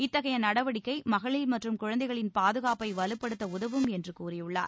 இத்தகைய நடவடிக்கை மகளிர் மற்றும் குழந்தைகளின் பாதுகாப்பை வலப்படுத்த உதவும் என்று கூறியுள்ளார்